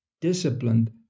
disciplined